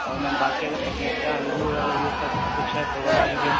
اور میم باقی اگر پپیتا انگور اگر یہ سب کچھ ہے تو بتا دیجیے